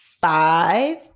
five